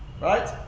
Right